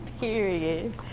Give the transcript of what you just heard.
period